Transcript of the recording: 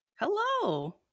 Hello